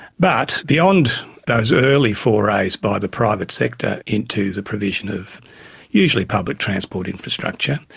but beyond those early forays by the private sector into the provision of usually public transport infrastructure,